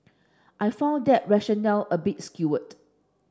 I found that rationale a bit skewed